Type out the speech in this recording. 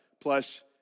plus